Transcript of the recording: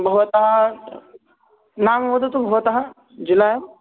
भवतः नाम वदतु भवतः जुलै